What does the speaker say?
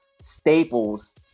staples